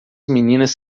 meninas